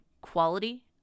quality